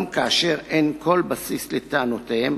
גם כאשר אין כל בסיס לטענותיהם,